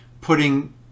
putting